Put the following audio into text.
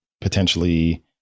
potentially